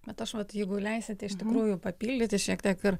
vat aš vat jeigu leisit iš tikrųjų papildyti šiek tiek ir